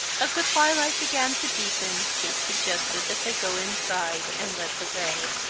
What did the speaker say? as the twilight began to deepen kate suggested that they go inside, and led the way,